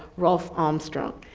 ralph armstrong.